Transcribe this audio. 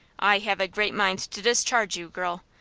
i have a great mind to discharge you, girl,